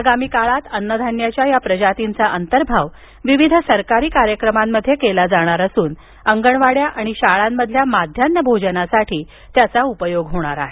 आगामी काळात अन्नधान्याच्या या प्रजातींचा अंतर्भाव विविध सरकारी कार्यक्रमांमध्ये केला जाणार असून अंगणवाड्या आणि शाळांमधील माध्यान्ह भोजनासाठी त्याचा उपयोग होणार आहे